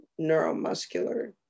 neuromuscular